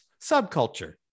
subculture